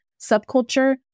subculture